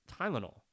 Tylenol